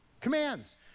commands